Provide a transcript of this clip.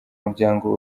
muryango